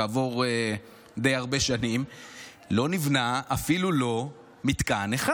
כעבור די הרבה שנים לא נבנה אפילו לא מתקן אחד.